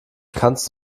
kannst